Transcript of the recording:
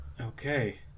Okay